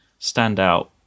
standout